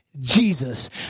Jesus